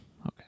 okay